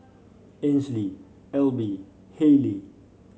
Ainsley Elby Hayleigh